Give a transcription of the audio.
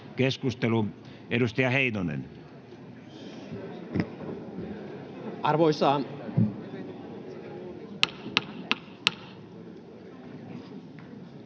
Keskustelu, edustaja Heinonen. [Speech